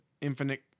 infinite